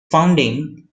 founding